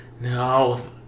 No